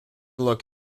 look